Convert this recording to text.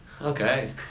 Okay